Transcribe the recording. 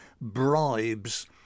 bribes